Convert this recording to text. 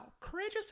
Courageous